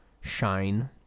shine